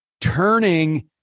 Turning